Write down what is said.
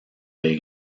les